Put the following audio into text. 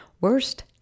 worst